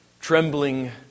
Trembling